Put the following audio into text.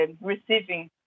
receiving